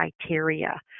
criteria